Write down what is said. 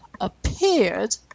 appeared